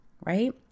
right